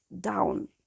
down